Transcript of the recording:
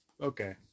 Okay